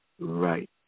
right